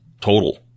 total